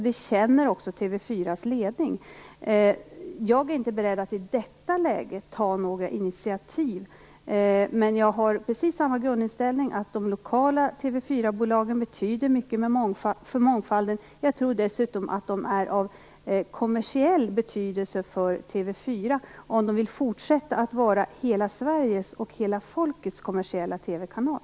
Det känner också TV 4:s ledning till. Jag är inte beredd att i detta läge ta några initiativ, men jag har precis samma grundinställning. De lokala TV 4 bolagen betyder mycket för mångfalden. Dessutom tror jag att de är av kommersiell betydelse för TV 4 om man vill fortsätta att vara hela Sveriges och hela folkets kommersiella TV-kanal.